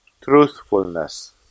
Truthfulness